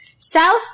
South